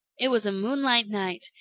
it was a moonlight night,